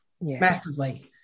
Massively